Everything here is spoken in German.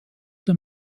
der